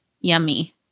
Yummy